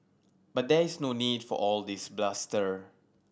but there is no need for all this bluster